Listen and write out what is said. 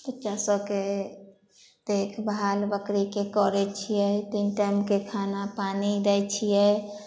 बच्चा सबके देखभाल बकरीके करै छियै तीन टाइमके खाना पानि दै छियै